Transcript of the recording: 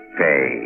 pay